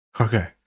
Okay